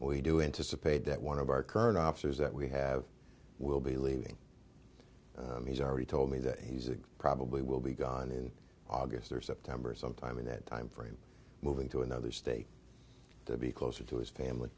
we do anticipate that one of our current officers that we have will be leaving he's already told me that he's probably will be gone in august or september sometime in that timeframe moving to another state to be closer to his family